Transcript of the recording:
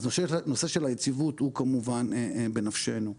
אז הנושא של היציבות הוא כמובן בנפשנו.